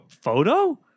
photo